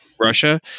Russia